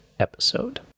episode